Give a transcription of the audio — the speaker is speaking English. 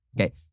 Okay